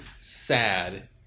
sad